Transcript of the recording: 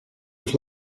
was